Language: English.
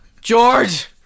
George